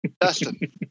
Dustin